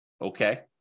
Okay